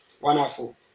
Wonderful